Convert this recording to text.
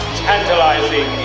tantalizing